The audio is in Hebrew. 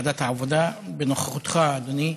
ובוועדת העבודה, בנוכחותך, אדוני,